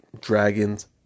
Dragon's